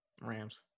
Rams